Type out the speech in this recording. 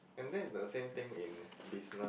and that is the same thing in business